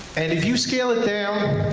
and if you scale it down,